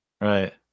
right